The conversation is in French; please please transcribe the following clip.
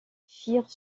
firent